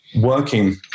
working